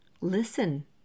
listen